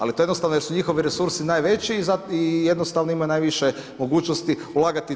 Ali to je jednostavno jer su njihovi resursi najveći i jednostavno imaju najviše mogućnost ulagati u to.